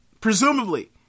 Presumably